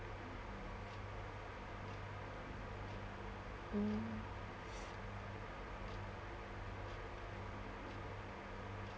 mm